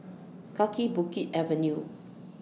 Kaki Bukit Avenue